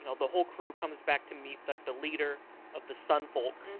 you know the whole crew comes back to meet the the leader of the sun folk,